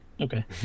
Okay